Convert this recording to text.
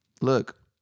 look